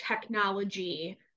technology